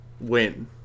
win